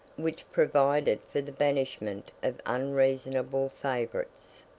which provided for the banishment of unreasonable favourites.